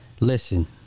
Listen